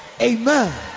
Amen